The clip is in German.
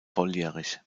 volljährig